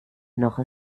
noch